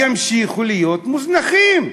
ימשיכו להיות מוזנחים.